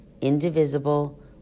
indivisible